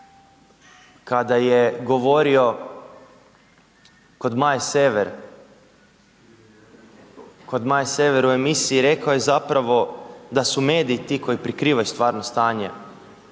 Maje Sever, kod Maje Sever u emisiji rekao je zapravo da su mediji ti koji prikrivaju stvarno stanje,